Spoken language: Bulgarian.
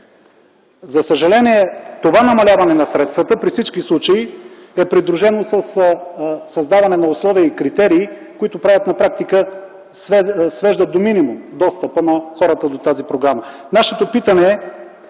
За съжаление това намаляване на средствата при всички случаи е придружено със създаване на условия и критерии, които на практика свеждат до минимум достъпа на хора до тази програма. Нашето питане е: